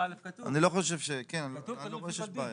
אני לא חושב, כן, אני לא רואה שיש בעיה.